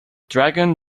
dragon